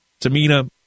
Tamina